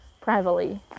privately